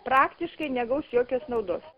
praktiškai negaus jokios naudos